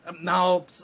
Now